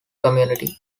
community